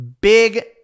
big